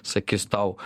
sakys tau